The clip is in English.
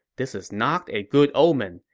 this is not a good omen.